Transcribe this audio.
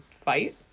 fight